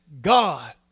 God